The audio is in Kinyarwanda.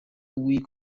w’iyi